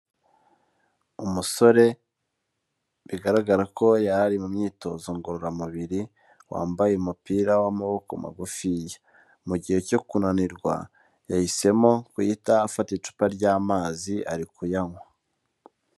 Umusore bigaragara ko yari ari mu myitozo ngororamubiri, wambaye umupira w'amaboko magufiya, mu gihe cyo kunanirwa yahisemo guhita afata icupa ry'amazi ari kuyanywa.